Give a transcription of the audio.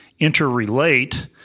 interrelate